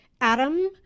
Adam